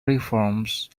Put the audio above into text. reforms